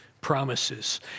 promises